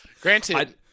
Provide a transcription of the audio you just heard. granted